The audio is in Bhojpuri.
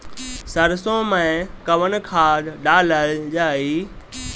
सरसो मैं कवन खाद डालल जाई?